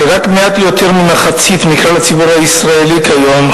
שרק מעט יותר ממחצית מכלל הציבור הישראלי כיום,